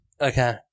okay